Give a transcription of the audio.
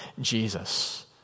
Jesus